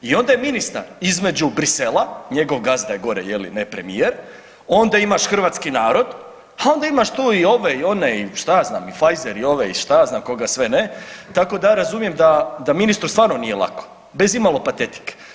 I onda je ministar između Bruxellesa njegov gazda je gore je li ne premijer onda imaš hrvatski narod, a onda imaš tu i ove i one i šta ja znam i Pfazier i ove i šta ja znam koga sve ne, tako da ja razumijem da ministru stvarno nije lako bez imalo patetike.